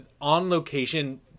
on-location